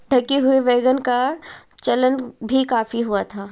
ढके हुए वैगन का चलन भी काफी हुआ था